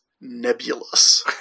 nebulous